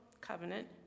covenant